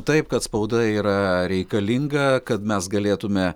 taip kad spauda yra reikalinga kad mes galėtume